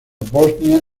bosnia